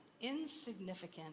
insignificant